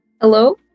Hello